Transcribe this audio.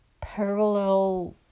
parallel